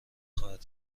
خواهد